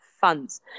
funds